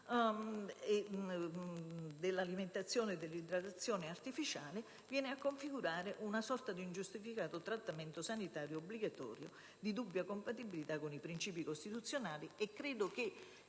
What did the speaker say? dell'alimentazione e dell'idratazione artificiali viene a configurare una sorta di ingiustificato trattamento sanitario obbligatorio di dubbia compatibilità con i principi costituzionali. Credo,